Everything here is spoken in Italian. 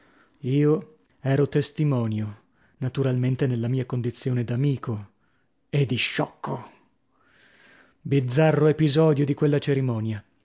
io ero testimonio naturalmente nella mia condizione d'amico e di sciocco bizzarro episodio di quella cerimonia